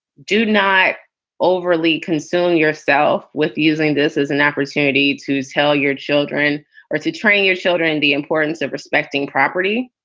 do not overly concern yourself with using this as an opportunity to tell your children or to train your children the importance of respecting property